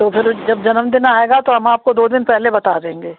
तो फिर जब जन्मदिन आएगा तो हम आपको दो दिन पहले बता देंगे